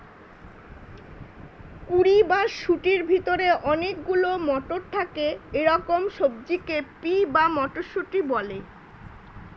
কুঁড়ি বা শুঁটির ভেতরে অনেক গুলো মটর থাকে এরকম সবজিকে পি বা মটরশুঁটি বলে